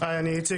הי אני איציק,